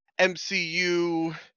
mcu